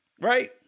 Right